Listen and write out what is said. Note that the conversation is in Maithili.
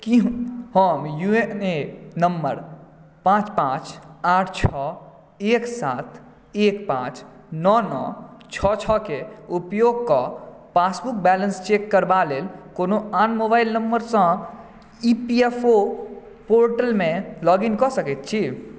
की हम यू ए एन नम्बर पांच पांच आठ छओ एक सात एक पांच नओ नओ छओ छओ के उपयोग कऽ पासबुक बैलेंस चेक करबा लेल कोनो आन मोबाइल नंबरसँ E P F O portal मे लॉग इन कऽ सकैत छी